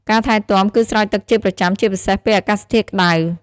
ការថែទាំ គឺស្រោចទឹកជាប្រចាំ ជាពិសេសពេលអាកាសធាតុក្តៅ។